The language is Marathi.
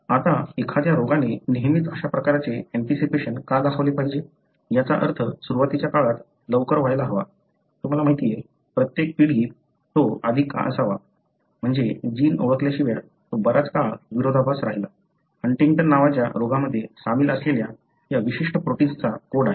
आता एखाद्या रोगाने नेहमीच अशा प्रकारचे ऍंटीसिपेशन का दाखवले पाहिजे याचा अर्थ सुरुवातीच्या काळात लवकर व्हायला हवा तुम्हाला माहिती आहे प्रत्येक पिढी तो आधी का असावा म्हणजे जीन ओळखल्याशिवाय तो बराच काळ विरोधाभास राहिला हंटिंग्टन नावाच्या रोगामध्ये सामील असलेल्या या विशिष्ट प्रोटिन्सनाचा कोड आहे